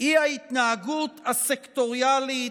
היא ההתנהגות הסקטוריאלית,